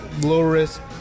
low-risk